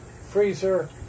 freezer